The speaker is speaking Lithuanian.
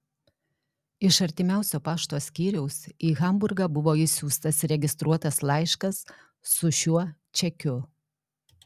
iš artimiausio pašto skyriaus į hamburgą buvo išsiųstas registruotas laiškas su šiuo čekiu